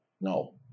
No